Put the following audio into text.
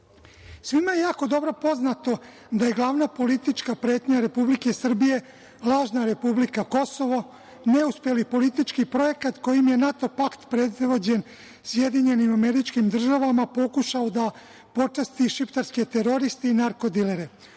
je jako dobro poznato da je glavna politička pretnja Republike Srbije lažna republika Kosovo, neuspeli politički projekat kojim je NATO pakt predvođen SAD pokušao da počasti šiptarske teroriste i narko dilere. Ovo